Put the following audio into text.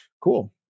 Cool